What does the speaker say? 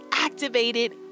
activated